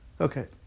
Okay